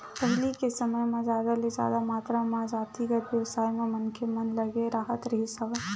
पहिली के समे म जादा ले जादा मातरा म जातिगत बेवसाय म मनखे मन लगे राहत रिहिस हवय